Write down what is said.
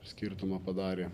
skirtumą padarė